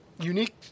unique